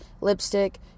lipstick